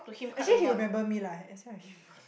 actually he remember me lah that's why I remember